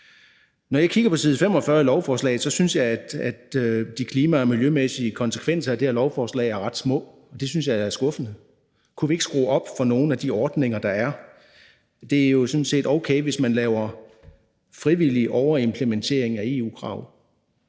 Når jeg kigger på side 45 i lovforslaget, synes jeg, at de klima- og miljømæssige gevinster af det her lovforslag er ret små, og det synes jeg da er skuffende. Kunne vi ikke skrue op for nogle af de ordninger, der er? Det er jo sådan set okay, hvis man laver frivillig overimplementering af EU-krav,